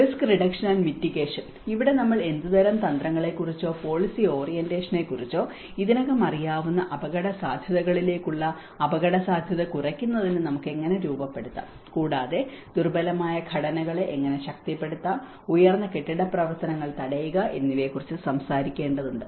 risk reduction and mitigation ഇവിടെ നമ്മൾ ഏതുതരം തന്ത്രങ്ങളെക്കുറിച്ചോ പോളിസി ഓറിയന്റേഷനെക്കുറിച്ചോ ഇതിനകം അറിയാവുന്ന അപകടസാധ്യതകളിലേക്കുള്ള അപകടസാധ്യത കുറയ്ക്കുന്നതിന് നമുക്ക് എങ്ങനെ രൂപപ്പെടുത്താം കൂടാതെ ദുർബലമായ ഘടനകളെ എങ്ങനെ ശക്തിപ്പെടുത്താം ഉയർന്ന കെട്ടിട പ്രവർത്തനങ്ങൾ തടയുക എന്നിവയെക്കുറിച്ച് സംസാരിക്കേണ്ടതുണ്ട്